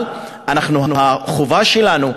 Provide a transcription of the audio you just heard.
אבל החובה שלנו,